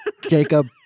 Jacob